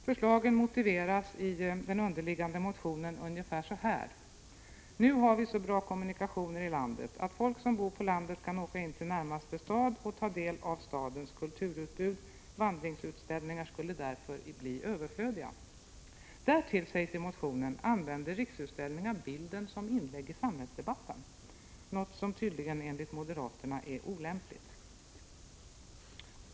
Förslagen motiveras i den underliggande motionen ungefär så här: Nu har vi så bra kommunikationer i landet, att folk som bor på landet kan åka in till närmaste stad och ta del av stadens kulturutbud — vandringsutställningar skulle därför bli överflödiga. Därtill, sägs i motionen, använder Riksutställningar bilden som inlägg i samhällsdebatten. Det är tydligen något som enligt moderaterna är olämpligt.